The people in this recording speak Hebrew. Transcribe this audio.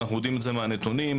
ואנחנו יודעים את זה מן הנתונים.